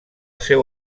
seu